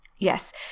Yes